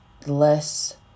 less